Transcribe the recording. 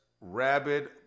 rabid